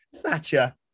Thatcher